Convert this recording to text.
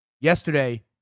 Yesterday